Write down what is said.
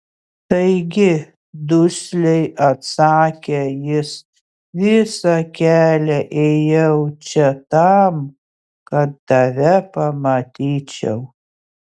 taigi dusliai atsakė jis visą kelią ėjau čia tam kad tave pamatyčiau